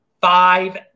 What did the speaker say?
Five